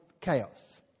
chaos